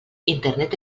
internet